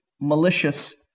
malicious